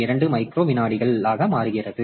2 micro விநாடிகளாக மாறுகிறது